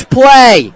play